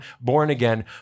born-again